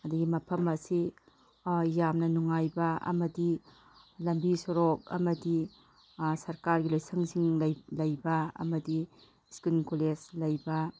ꯑꯗꯒꯤ ꯃꯐꯝ ꯑꯁꯤ ꯌꯥꯝꯅ ꯅꯨꯡꯉꯥꯏꯕ ꯑꯃꯗꯤ ꯂꯝꯕꯤ ꯁꯣꯔꯣꯛ ꯑꯃꯗꯤ ꯁꯔꯀꯥꯔꯒꯤ ꯂꯣꯏꯁꯪꯁꯤꯡ ꯂꯩꯕ ꯑꯃꯗꯤ ꯁ꯭ꯀꯨꯜ ꯀꯣꯂꯦꯖ ꯂꯩꯕ